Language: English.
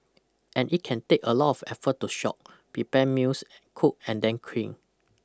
and it can take a lot of effort to shop prepare meals cook and then clean